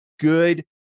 good